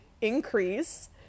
increase